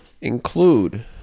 Include